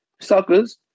suckers